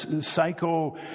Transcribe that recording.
psycho